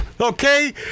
okay